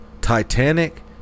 Titanic